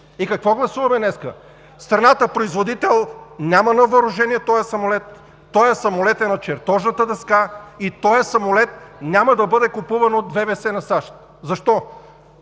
Какво гласуваме днес? Страната производител няма на въоръжение този самолет. Този самолет е на чертожната дъска и този самолет няма да бъде купуван от Военновъздушните